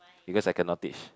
because I cannot teach